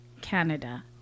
Canada